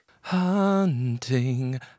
Hunting